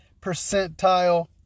percentile